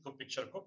picture